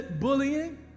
bullying